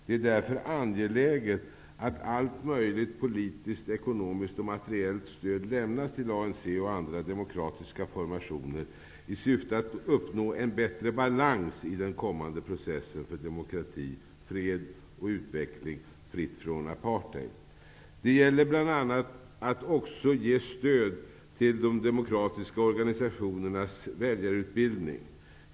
Det är därför angeläget att allt möjligt politiskt, ekonomiskt och materiellt stöd lämnas till ANC och andra demokratiska formationer i syfte att uppnå en bättre balans i den kommande processen för demokrati, fred och utveckling, fri från apartheid. Det gäller bl.a. att också ge stöd till de demokratiska organisationernas väljarutbildning.